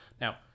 Now